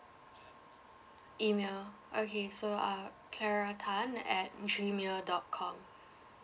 email okay so uh claratan at G mail dot com